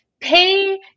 pay